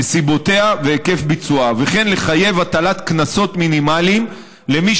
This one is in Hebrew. נסיבותיה והיקף ביצועה וכן לחייב הטלת קנסות מינימליים למי